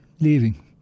leaving